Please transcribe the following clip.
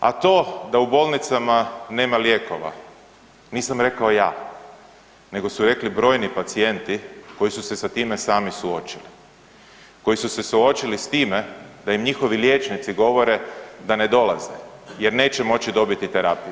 A to da u bolnicama nema lijekova, nisam rekao ja, nego su rekli brojni pacijenti koji se su sa time sami suočili, koji su se suočili s time da im njihovi liječnici govore da ne dolaze jer neće moći dobiti terapiju.